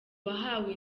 wahawe